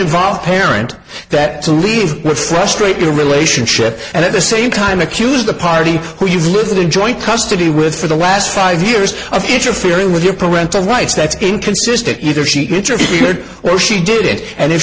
involved parent that to leave the frustrate the relationship and at the same time accuse the party who you've lived in a joint custody with for the last five years of interfering with your parental rights that's inconsistent either she interfered or she did it and if